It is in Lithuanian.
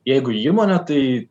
jeigu įmonė tai